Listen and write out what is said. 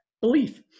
Belief